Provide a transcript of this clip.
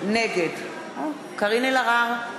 נגד קארין אלהרר,